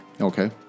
Okay